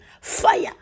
fire